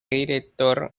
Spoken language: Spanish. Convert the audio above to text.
director